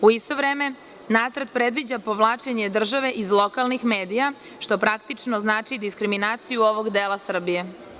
U isto vreme nacrt predviđa povlačenje države iz lokalnih medija što praktično znači i diskriminaciju ovog dela Srbije.